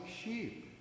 sheep